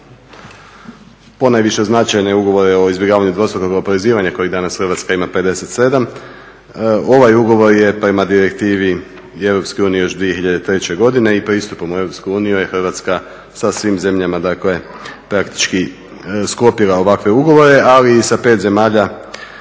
ponajviše značajne ugovore o izbjegavanju dvostrukog oporezivanja kojeg danas Hrvatska ima 57, ovaj ugovor je prema direktivi i EU još 2003. i pristupom u EU je Hrvatska sa svim zemljama dakle praktički sklopila ovakve ugovore, ali i sa pet zemalja,